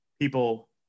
people